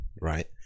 right